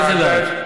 מציעים.